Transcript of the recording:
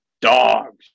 dogs